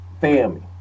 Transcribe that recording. family